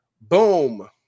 Boom